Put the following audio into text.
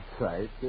right